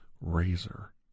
razor